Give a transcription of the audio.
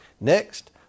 Next